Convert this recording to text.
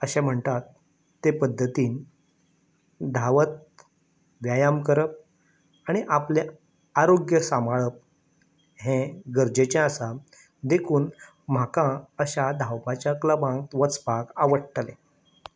अशें म्हणटात ते पद्दतीन धांवत व्यायाम करप आनी आपलें आरोग्य सांबाळप हें गरजेचें आसा देखून म्हाका अश्या धांवपाच्या क्लबांत वचपाक आवडटलें